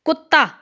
ਕੁੱਤਾ